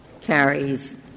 carries